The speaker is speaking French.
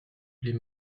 les